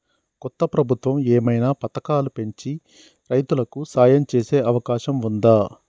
కొత్త ప్రభుత్వం ఏమైనా పథకాలు పెంచి రైతులకు సాయం చేసే అవకాశం ఉందా?